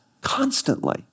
constantly